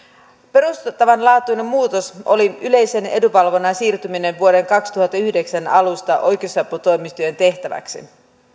perustavanlaatuinen muutos oli yleisen edunvalvonnan siirtyminen vuoden kaksituhattayhdeksän alusta oikeusaputoimistojen tehtäväksi